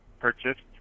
purchased